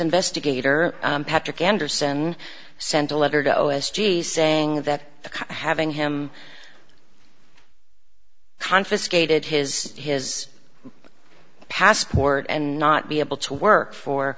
investigator patrick anderson sent a letter to o s g saying that having him confiscated his his passport and not be able to work for